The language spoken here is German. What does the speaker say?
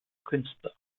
künstler